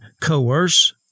coerce